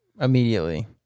Immediately